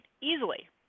easily